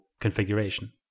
configuration